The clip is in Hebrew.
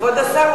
כבוד השר,